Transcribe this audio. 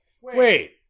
Wait